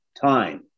time